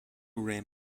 ran